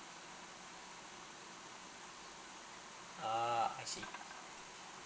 ah I see